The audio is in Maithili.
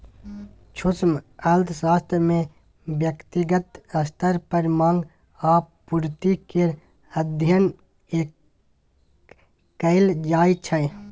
सूक्ष्म अर्थशास्त्र मे ब्यक्तिगत स्तर पर माँग आ पुर्ति केर अध्ययन कएल जाइ छै